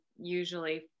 usually